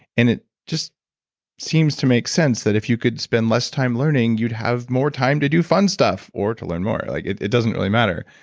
and it just seems to make sense that if you could spend less time learning, you'd have more time to do fun stuff, or to learn more. like it it doesn't really matter.